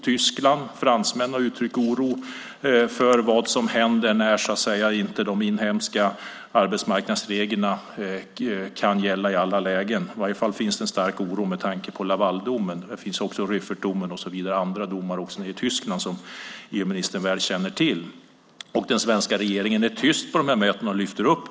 Tyskarna och fransmännen har uttryckt oro för vad som händer när inte de inhemska arbetsmarknadsreglerna kan gälla i alla lägen. Det finns i alla fall en stark oro med tanke på Lavaldomen, Rüffertdomen och andra domar i Tyskland som EU-ministern väl känner till. Den svenska regeringen är tyst på dessa möten när detta lyfts fram.